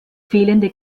fehlende